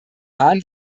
hahn